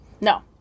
No